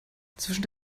zwischen